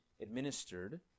administered